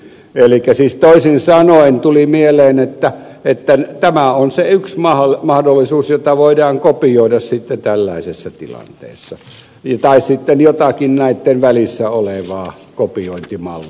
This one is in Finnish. elikkä siis toisin sanoen tuli mieleen että tämä on se yksi mahdollisuus jota voidaan kopioida tällaisessa tilanteessa tai sitten voidaan käyttää jotakin näitten välissä olevaa kopiointimallia